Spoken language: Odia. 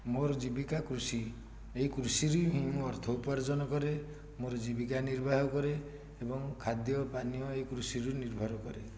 ମୋର ଜୀବିକା କୃଷି ଏଇ କୃଷିରେ ହିଁ ମୁଁ ଅର୍ଥ ଉପାର୍ଜନ କରେ ମୋର ଜୀବିକା ନିର୍ବାହ କରେ ଏବଂ ଖାଦ୍ୟ ପାନୀୟ ଏଇ କୃଷିରୁ ନିର୍ଭର କରେ